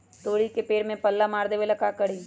तोड़ी के पेड़ में पल्ला मार देबे ले का करी?